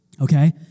okay